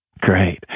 Great